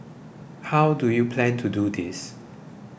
how do you plan to do this